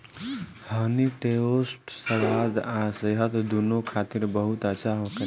हनी toast स्वाद आ सेहत दूनो खातिर बहुत अच्छा होखेला